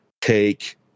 take